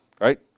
right